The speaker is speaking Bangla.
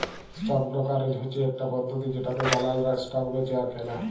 স্টক ব্রকারেজ হচ্যে ইকটা পদ্ধতি জেটাতে দালালরা স্টক বেঁচে আর কেলে